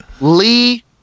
Lee